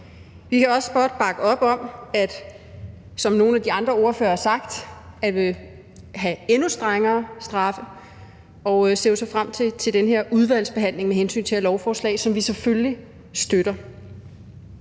Vi kan også godt bakke op om det, som nogle af de andre ordførere har sagt, nemlig om endnu strengere straffe. Vi ser jo så frem til udvalgsbehandlingen om det her lovforslag, som vi selvfølgelig støtter.